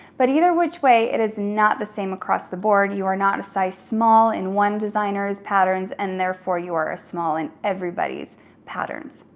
but either which way, it is not the same across the board, you are not in a size small in one designer's patterns, and therefore you are a small in everybody's patterns.